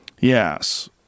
Yes